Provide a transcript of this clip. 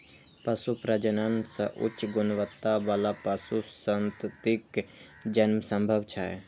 पशु प्रजनन सं उच्च गुणवत्ता बला पशु संततिक जन्म संभव छै